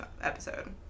episode